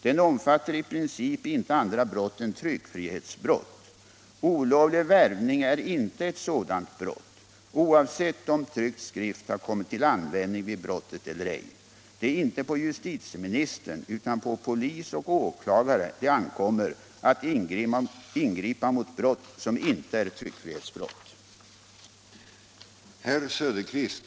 Den omfattar i princip inte andra brott än tryckfrihetsbrott. Olovlig värvning är inte ett sådant brott, oavsett om tryckt skrift har kommit till användning vid brottet eller ej. Det är inte på justitieministern utan på polis och åklagare det ankommer att ingripa mot brott som inte är tryckfrihetsbrott.